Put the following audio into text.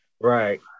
Right